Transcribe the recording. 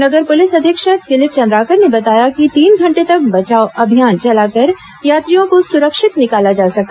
नगर police अधीक्षक दिलीप चंद्राकर ने बताया कि तीन घंटे तक बचाव अभियान चलाकर यात्रियों को सुरक्षित निकाला जा सका